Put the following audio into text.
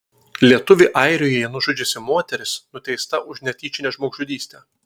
lietuvį airijoje nužudžiusi moteris nuteista už netyčinę žmogžudystę